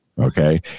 Okay